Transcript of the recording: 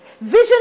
Vision